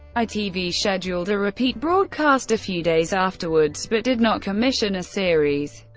itv scheduled a repeat broadcast a few days afterwards, but did not commission a series.